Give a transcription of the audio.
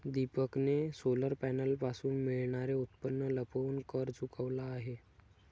दीपकने सोलर पॅनलपासून मिळणारे उत्पन्न लपवून कर चुकवला आहे